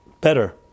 better